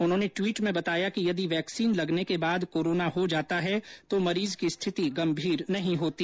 उन्होंने ट्वीट में बताया कि यदि वैक्सिन लगने के बाद कोरोना हो जाता है तो मरीज की स्थिति गंभीर नहीं होती